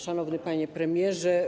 Szanowny Panie Premierze!